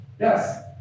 Yes